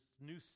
new